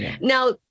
now